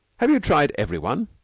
have you tried every one?